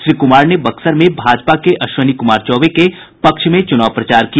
श्री कुमार ने बक्सर में भाजपा के अश्विनी कुमार चौबे के पक्ष में प्रचार किया